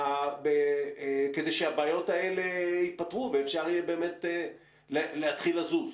אבל כדי שהבעיות האלה יפתרו ואפשר יהיה באמת להתחיל לזוז.